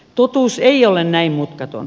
totuus ei ole näin mutkaton